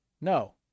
no